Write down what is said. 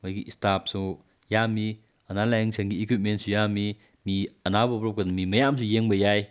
ꯃꯣꯏꯒꯤ ꯏꯁꯇꯥꯞꯁꯨ ꯌꯥꯝꯃꯤ ꯑꯅꯥ ꯂꯥꯏꯌꯦꯡ ꯁꯪꯒꯤ ꯏꯀ꯭ꯨꯋꯤꯞꯃꯦꯟꯁꯨ ꯌꯥꯝꯃꯤ ꯃꯤ ꯑꯅꯥꯕ ꯄꯨꯔꯛꯄꯗ ꯃꯤ ꯃꯌꯥꯝꯁꯨ ꯌꯦꯡꯕ ꯌꯥꯏ